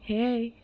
সেয়াই